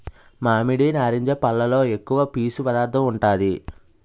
మామిడి, నారింజ పల్లులో ఎక్కువ పీసు పదార్థం ఉంటాది